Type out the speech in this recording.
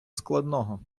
складного